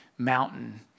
mountain